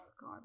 God